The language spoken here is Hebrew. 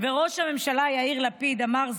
וראש הממשלה יאיר לפיד אמר,